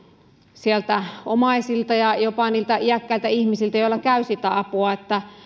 sieltä omaisilta ja jopa niiltä iäkkäiltä ihmisiltä joilla käy sitä apua